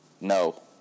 No